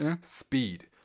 Speed